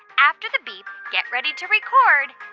after the beep, get ready to record